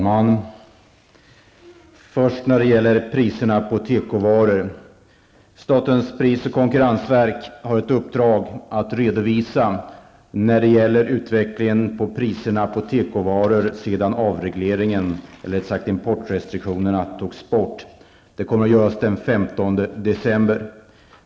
Herr talman! Först vill jag ta upp frågan om priserna på tekovaror. Statens pris och konkurrensverk har i uppdrag att redovisa utvecklingen av priserna på tekovaror sedan importrestriktionerna togs bort. Det kommer att göras den 15 december.